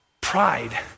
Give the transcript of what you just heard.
Pride